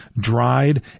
dried